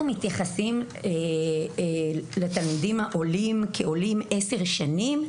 אנחנו מתייחסים לתלמידים העולים כאל עולים למשך 10 שנים,